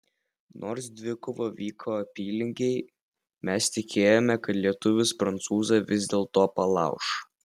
nors dvikova vyko apylygiai mes tikėjome kad lietuvis prancūzą vis dėlto palauš